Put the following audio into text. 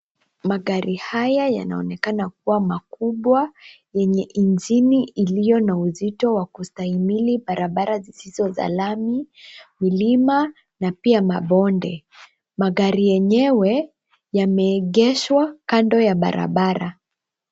Magari haya yanaonekana kuwa makubwa yenye injini iliyo na uzito wa kustahimili barabara zisizo za lami, milimani na pia mabonde. Magari yenyewe yameegeshwa kando ya barabara.